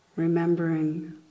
Remembering